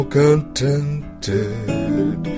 contented